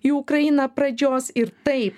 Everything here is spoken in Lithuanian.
į ukrainą pradžios ir taip